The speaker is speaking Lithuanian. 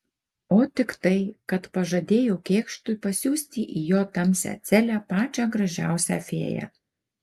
o tik tai kad pažadėjau kėkštui pasiųsti į jo tamsią celę pačią gražiausią fėją